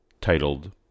titled